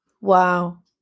Wow